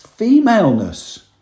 Femaleness